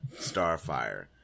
Starfire